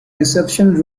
reception